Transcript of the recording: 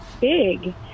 big